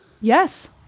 Yes